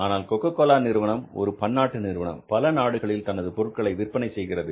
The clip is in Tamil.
ஆனால் கோகோ கோலா நிறுவனம் ஒரு பன்னாட்டு நிறுவனம் பல நாடுகளில் தனது பொருட்களை விற்பனை செய்கிறது